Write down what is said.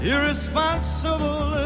Irresponsible